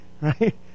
Right